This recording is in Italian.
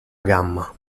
gamma